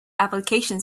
application